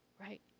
right